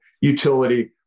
utility